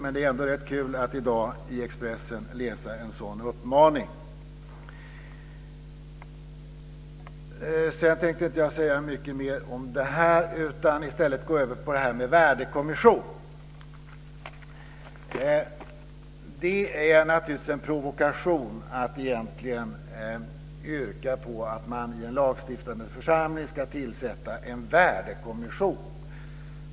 Det är ändå rätt kul att läsa en sådan uppmaning i Expressen. Sedan tänker jag gå över på frågan om en värdekommission. Det är en provokation att yrka på att man i en lagstiftande församling ska tillsätta en värdekommission.